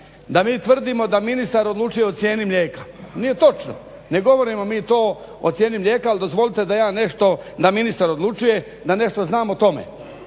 da mi tvrdimo da ministar odlučuje o cijeni mlijeka. Nije točno. Ne govorimo mi to o cijeni mlijeka ali dozvolite da ja nešto da ministar odlučuje da nešto znam o tome.